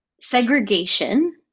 Segregation